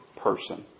person